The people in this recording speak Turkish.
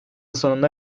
sonunda